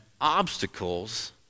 obstacles